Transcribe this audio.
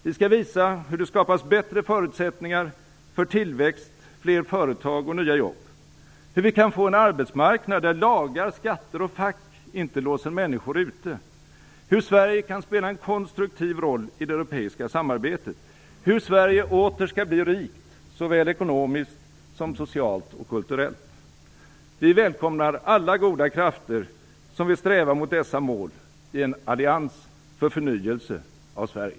Vi skall visa hur det skapas bättre förutsättningar för tillväxt, fler företag och nya jobb, hur vi kan få en arbetsmarknad, där lagar, skatter och fack inte låser människor ute, hur Sverige kan spela en konstruktiv roll i det europeiska samarbetet och hur Sverige åter skall bli rikt, såväl ekonomiskt som socialt och kulturellt. Vi välkomnar alla goda krafter som vill sträva mot dessa mål i en allians för förnyelse av Sverige.